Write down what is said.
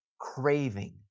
craving